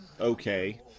okay